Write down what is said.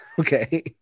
okay